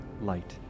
light